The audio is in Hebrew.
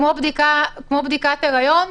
כמו בדיקת היריון.